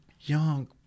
young